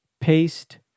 paste